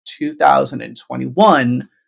2021